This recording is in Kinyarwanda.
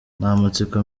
n’amatsiko